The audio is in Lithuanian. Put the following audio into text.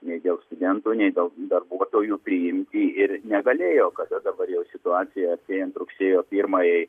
nei dėl studentų nei dėl darbuotojų priimti ir negalėjo kada dabar jau situacija artėjant rugsėjo pirmajai